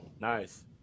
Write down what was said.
Nice